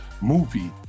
movie